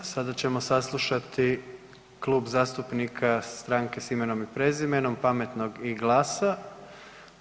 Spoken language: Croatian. Sada ćemo saslušati Klub zastupnika Stranke s imenom i prezimenom, Pametnog i GLAS-a.